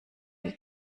die